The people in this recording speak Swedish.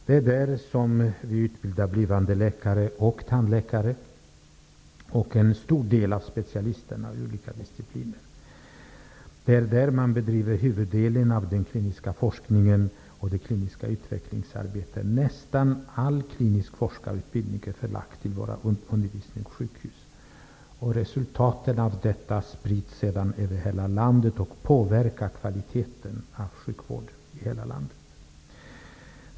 Det är där som vi utbildar blivande läkare och tandläkare samt en stor del av specialisterna i olika discipliner. Det är där man bedriver huvuddelen av den kliniska forskningen och det kliniska utvecklingsarbetet. Nästan all klinisk forskarutbildning är förlagd till våra universitet och sjukhus. Resultaten av detta sprids sedan över hela landet och påverkar kvaliteten av sjukvård i hela landet.